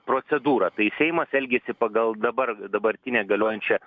procedūrą tai seimas elgiasi pagal dabar dabartinę galiojančią